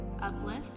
uplift